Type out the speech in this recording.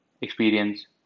experience